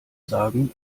sagen